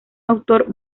autor